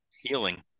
Healing